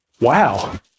Wow